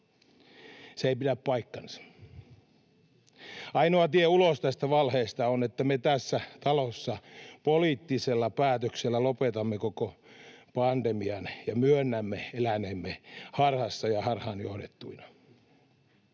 Se ei pidä paikkaansa. Ainoa tie ulos tästä valheesta on, että me tässä talossa poliittisella päätöksellä lopetamme koko pandemian ja myönnämme eläneemme harhassa ja harhaan johdettuina.